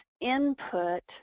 input